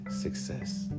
success